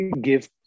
give